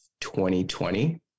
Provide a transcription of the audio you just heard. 2020